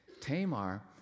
Tamar